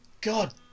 god